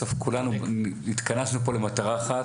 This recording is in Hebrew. בסוף כולנו התכנסנו פה למטרה אחת,